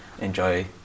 enjoy